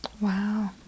Wow